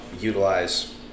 utilize